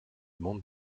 monde